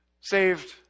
saved